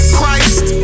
Christ